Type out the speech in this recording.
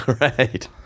Right